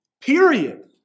period